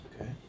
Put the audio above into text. Okay